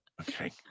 okay